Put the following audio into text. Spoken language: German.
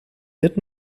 wird